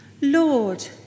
Lord